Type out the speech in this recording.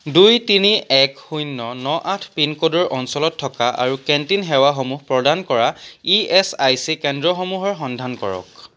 দুই তিনি এক শূন্য ন আঠ পিনক'ডৰ অঞ্চলত থকা আৰু কেন্টিন সেৱাসমূহ প্ৰদান কৰা ইএচআইচি কেন্দ্ৰসমূহৰ সন্ধান কৰক